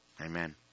Amen